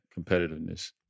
competitiveness